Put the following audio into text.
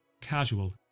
casual